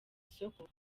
soko